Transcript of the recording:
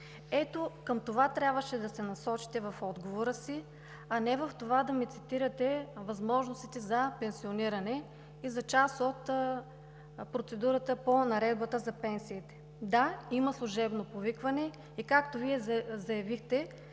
Ето към това трябваше да се насочите в отговора си, а не към това да ми цитирате възможностите за пенсиониране и за част от процедурата по наредбата за пенсиите! Да, има служебно повикване и както Вие заявихте,